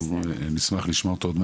אנחנו עוד מעט נשמע גם אותו.